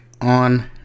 on